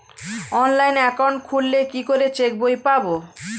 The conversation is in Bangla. অনলাইন একাউন্ট খুললে কি করে চেক বই পাব?